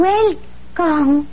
Welcome